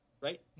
right